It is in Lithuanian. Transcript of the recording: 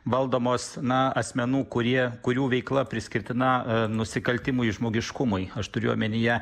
valdomos na asmenų kurie kurių veikla priskirtina nusikaltimui žmogiškumui aš turiu omenyje